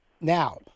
Now